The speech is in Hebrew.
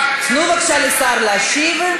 תנו בבקשה לשר להשיב,